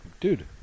Dude